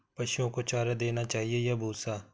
पशुओं को चारा देना चाहिए या भूसा?